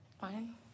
Fine